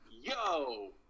yo